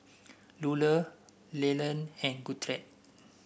Lular Leland and Gertrude